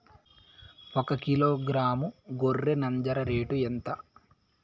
ఒకకిలో గ్రాము గొర్రె నంజర రేటు ఎంత?